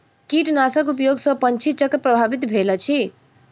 कीटनाशक उपयोग सॅ पंछी चक्र प्रभावित भेल अछि